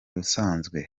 bisanzwe